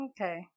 Okay